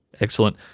Excellent